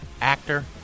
actor